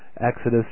Exodus